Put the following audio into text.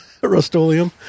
Rustolium